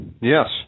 Yes